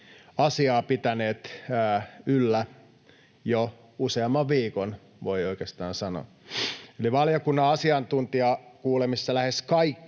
asiaa pitäneet yllä jo useamman viikon, voi oikeastaan sanoa. Valiokunnan asiantuntijakuulemisissa lähes kaikki